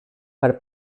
per